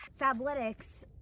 Fabletics